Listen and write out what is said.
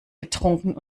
getrunken